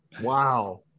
Wow